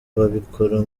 babikora